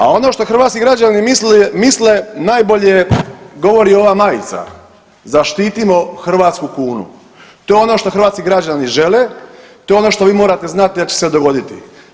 A oni što hrvatski građani misle najbolje govori ova majica, „Zaštitimo hrvatsku kunu“, to je ono što hrvatski građani žele, to je ono što vi morate znati da će se dogoditi.